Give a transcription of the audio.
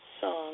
song